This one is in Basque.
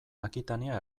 akitania